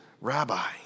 rabbi